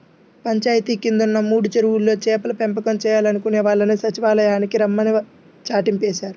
పంచాయితీ కిందున్న మూడు చెరువుల్లో చేపల పెంపకం చేయాలనుకునే వాళ్ళని సచ్చివాలయానికి రమ్మని చాటింపేశారు